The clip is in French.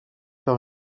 par